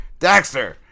Daxter